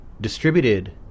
distributed